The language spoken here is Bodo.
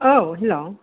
औ हेलौ